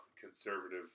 conservative